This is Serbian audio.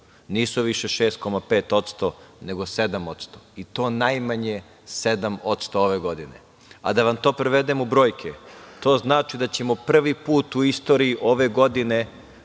nisu više 6,5%, nego 7% i to najmanje 7% ove godine. Da vam to prevedem u brojke. To znači da ćemo prvi put u istoriji ove godine